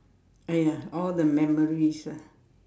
!aiya! all the memories ah